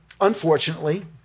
Unfortunately